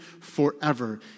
forever